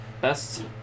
Best